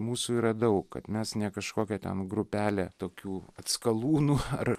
mūsų yra daug kad mes ne kažkokia ten grupelė tokių atskalūnų ar